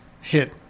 hit